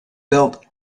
built